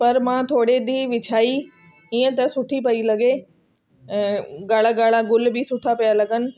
पर मां थोरे ॾींहं विछाई हीअं त सुठी पई लॻे ऐं ॻाड़ा ॻाड़ा गुल बि सुठा पिया लॻनि